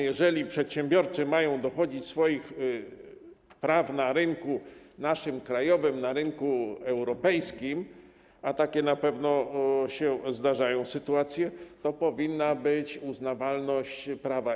Jeżeli przedsiębiorcy mają dochodzić swoich praw na rynku naszym, krajowym, na rynku europejskim, a na pewno się zdarzają takie sytuacje, to powinna być uznawalność prawa.